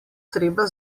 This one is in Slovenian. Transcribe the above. treba